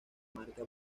marca